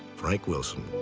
frank wilson.